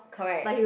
correct